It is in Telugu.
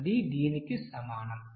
అది కి సమానం